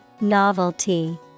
Novelty